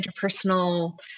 interpersonal